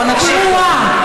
לא, בוא נקשיב קודם.